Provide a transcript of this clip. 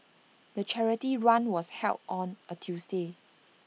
the charity run was held on A Tuesday